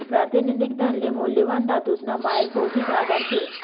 प्रातिनिधिक धनले मौल्यवान धातूसना मायक भौतिक आधार शे